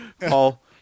Paul